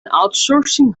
outsourcing